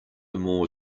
more